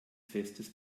festes